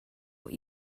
what